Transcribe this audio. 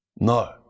No